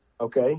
okay